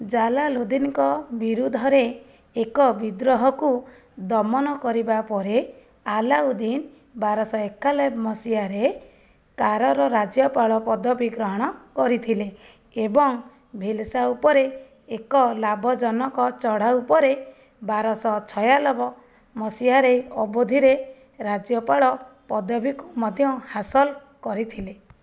ଜାଲାଲୁଦ୍ଦିନଙ୍କ ବିରୁଦ୍ଧରେ ଏକ ବିଦ୍ରୋହକୁ ଦମନ କରିବା ପରେ ଆଲାଉଦ୍ଦିନ ବାରଶହ ଏକାନବେ ମସିହାରେ କାରର ରାଜ୍ୟପାଳ ପଦବୀ ଗ୍ରହଣ କରିଥିଲେ ଏବଂ ଭୀଲ୍ସା ଉପରେ ଏକ ଲାଭଜନକ ଚଢ଼ାଉ ଉପରେ ବାରଶହ ଛୟାନବେ ମସିହାରେ ଅବୋଧିରେ ରାଜ୍ୟପାଳ ପଦବୀକୁ ମଧ୍ୟ ହାସଲ କରିଥିଲେ